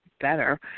better